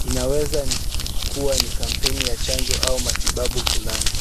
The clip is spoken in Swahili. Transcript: Inaweza kuwa ni kampeni ya chanjo au matibabu fulani.